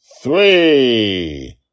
Three